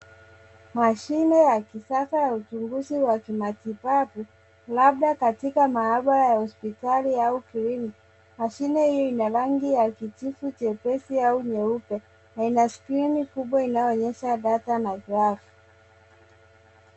Mashine ya kisasa ya uchunguzi wa kimatibabu labda katika maabara ya hospitali au kliniki. Mashine hiyo ina rangi ya kijivu jepesi au nyeupe na ina skrini kubwa inayoonyesha data na grafu.